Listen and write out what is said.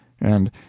And